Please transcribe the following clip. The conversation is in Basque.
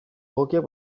egokiak